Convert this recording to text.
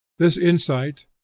this insight,